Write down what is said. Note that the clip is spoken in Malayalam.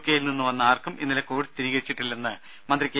കെയിൽ നിന്ന് വന്ന ആർക്കും ഇന്നലെ കോവിഡ് സ്ഥിരീകരിച്ചിട്ടില്ലെന്ന് മന്ത്രി കെ